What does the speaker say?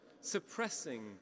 suppressing